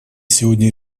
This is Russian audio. сегодня